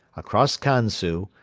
across kansu,